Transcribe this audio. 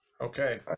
okay